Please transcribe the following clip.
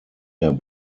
der